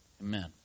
Amen